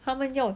他们要